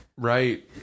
right